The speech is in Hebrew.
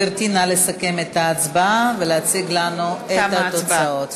גברתי, נא לסכם את ההצבעה ולהציג לנו את התוצאות.